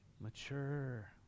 Mature